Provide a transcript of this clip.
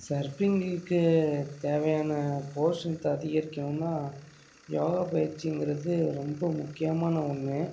சர்ஃபிங்குக்கு தேவையான core strength அதிகரிக்கணுன்னா yoga பயிற்சிங்கிறது ரொம்ப முக்கியமான ஒன்று